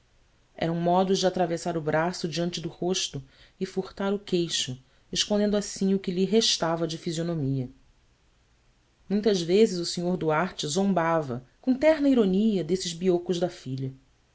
eram modos de atravessar o braço diante do rosto e furtar o queixo escondendo assim o que lhe restava de fisionomia muitas vezes o sr duarte zombava com terna ironia desses biocos da filha